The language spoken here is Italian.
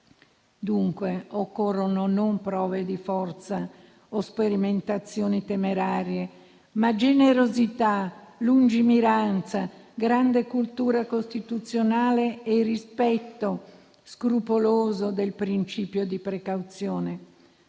Dunque occorrono non prove di forza o sperimentazioni temerarie, ma generosità, lungimiranza, grande cultura costituzionale e rispetto scrupoloso del principio di precauzione.